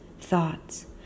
thoughts